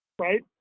right